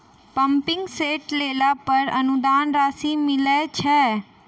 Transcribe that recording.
Pumping set लेला पर अनुदान राशि मिलय छैय?